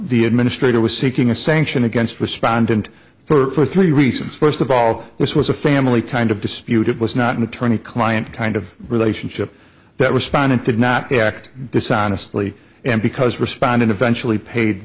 the administrator was seeking a sanction against respondent for three reasons first of all this was a family kind of dispute it was not an attorney client kind of relationship that respondent did not act dishonesty and because respondent eventually paid